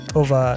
over